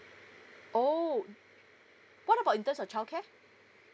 oh what about in terms of child care